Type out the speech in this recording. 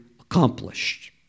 accomplished